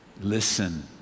listen